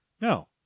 No